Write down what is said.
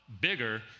bigger